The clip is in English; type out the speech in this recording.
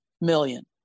million